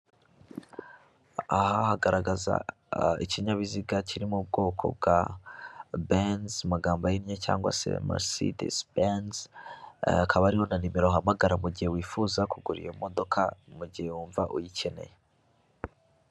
Aha hagaragaza ikinyabiziga kiri mu ubwoko bwa benzi mu magambo ahinnye cg se maricidezi benzi hakaba hariho na nimero uhamagara mu mugihe wifuza kugura iyo modoka mugihe wumva uyikeneye.